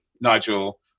Nigel